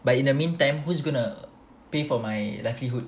but in the meantime who's gonna pay for my livelihood